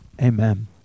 Amen